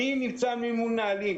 אני נמצא כרגע מול מנהלים.